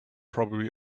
probably